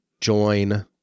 join